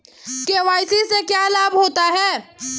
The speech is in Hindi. के.वाई.सी से क्या लाभ होता है?